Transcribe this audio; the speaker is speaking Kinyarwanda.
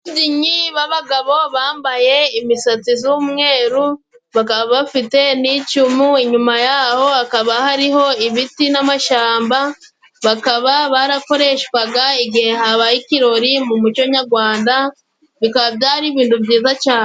Ababyinnyi b'agabo bambaye imisatsi z'umweru bakaba bafite n'icumu, inyuma yaho hakaba hariho ibiti n'amashamba, bakaba barakoreshwaga igihe habaye ikirori mu muco nyarwanda, bikaba byari ibintu byiza cyane.